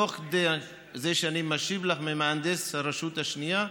תוך כדי זה שאני משיב לך, ממהנדס הרשות השנייה,